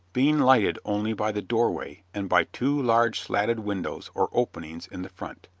being lighted only by the doorway and by two large slatted windows or openings in the front.